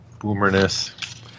boomerness